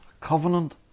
Covenant